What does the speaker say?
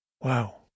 wow